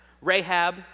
Rahab